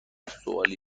سوالی